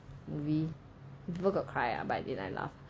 we people got cry ah but I didn't I laughed